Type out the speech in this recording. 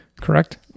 Correct